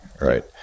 right